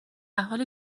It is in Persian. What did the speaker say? حالی